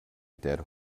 dead